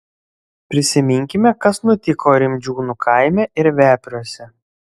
prisiminkime kas nutiko rimdžiūnų kaime ir vepriuose